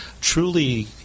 truly